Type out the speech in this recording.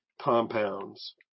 compounds